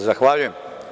Zahvaljujem.